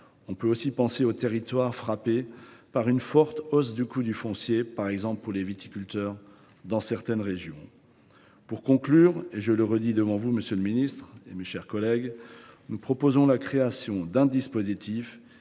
dans des territoires frappés par une forte hausse du coût du foncier, comme c’est le cas, par exemple, des viticulteurs dans certaines régions. Pour conclure, et je le redis devant vous, monsieur le ministre, mes chers collègues, nous proposons la création d’un dispositif